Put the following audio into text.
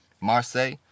Marseille